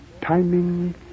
timing